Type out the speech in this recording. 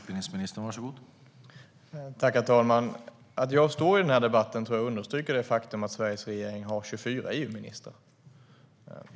Herr talman! Att jag står i den här debatten tror jag understryker det faktum att Sveriges regering har 24 EU-ministrar.